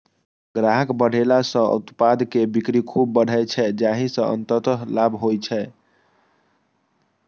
ग्राहक बढ़ेला सं उत्पाद के बिक्री खूब बढ़ै छै, जाहि सं अंततः लाभ होइ छै